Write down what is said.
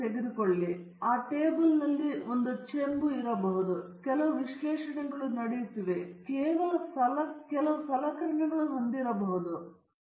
ಮತ್ತು ಇಲ್ಲಿ ನಾನು ಹೈಲೈಟ್ ಮಾಡಲು ಪ್ರಯತ್ನಿಸುತ್ತಿರುವ ಎರಡು ವಿಷಯಗಳು ಅಲ್ಲಿ ಒಂದು ಇಂಧನ ಕೋಶವಿದೆ ಮತ್ತು ಇಲ್ಲಿ ಹೈಡ್ರೋಜನ್ ಶೇಖರಣಾ ಟ್ಯಾಂಕ್ ಇದೆ ಎಂದು ಅದು ಹೇಳುತ್ತದೆ ಆದುದರಿಂದ ಆ ಚಕ್ರವು ಕೆಲಸ ಮಾಡಲು ಅಗತ್ಯವಾದ ಈ ಎರಡು ಸಾಧನಗಳ ವಿನ್ಯಾಸವಾಗಿದ್ದು ಅದು ಹೈಲೈಟ್ ಆಗಿರುತ್ತದೆ